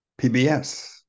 PBS